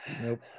Nope